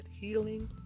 healing